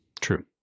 True